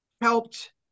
helped